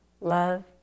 Love